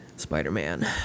Spider-Man